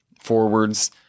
forwards